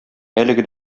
әлеге